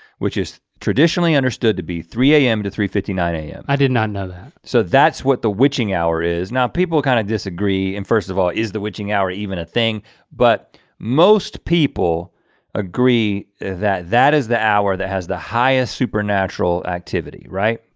which is traditionally understood to be three am to three fifty nine am. i did not know that. so that's what the witching hour is. now people kind of disagree and first of all, is the witching hour even a thing but most people agree that, that is the hour that has the highest supernatural activity, right?